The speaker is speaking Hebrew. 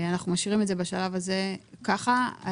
אנחנו משאירים את זה ככה בשלב הזה.